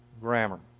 grammar